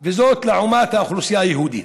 לעומת האוכלוסייה היהודית.